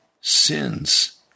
sins